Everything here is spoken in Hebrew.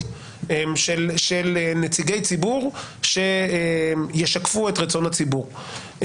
של נציגי ציבור שישקפו את רצון הציבור.